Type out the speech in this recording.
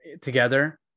together